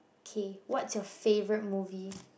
K what's your favourite movie